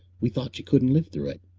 we thought she couldn't live through it.